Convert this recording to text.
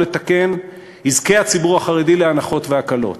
לתקן יזכה הציבור החרדי להנחות והקלות.